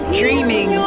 dreaming